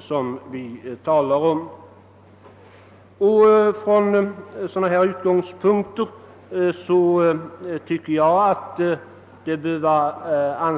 Från sådana utgångspunkter bör det enligt min mening vara